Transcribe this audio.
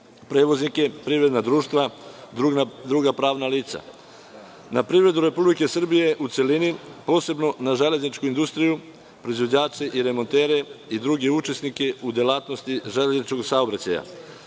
prevoznike, privrednih društva, druga pravna lica. Na privredu Republike Srbije u celini, posebno na železničku industriju, proizvođači i remonteri, i druge učesnike u oblasti železničkog saobraćaja,